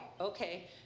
okay